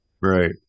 Right